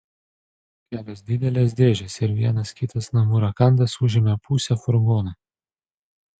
kelios didelės dėžės ir vienas kitas namų rakandas užėmė pusę furgono